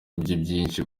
bye